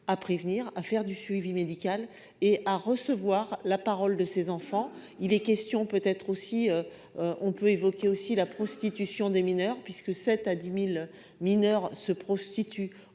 à prévenir à faire du suivi médical et à recevoir la parole de ses enfants, il est question, peut être aussi, on peut évoquer aussi la prostitution des mineurs, puisque, à 10000 mineurs se prostituent